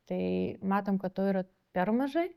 tai matom kad to yra per mažai